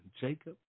Jacob